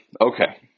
Okay